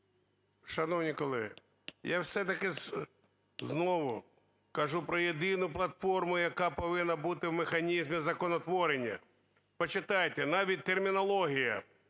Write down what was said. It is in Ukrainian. Шановні колеги, я все-таки знову кажу про єдину платформу, яка повинна бути в механізмі законотворення. Почитайте, навіть термінологія